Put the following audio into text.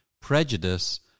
prejudice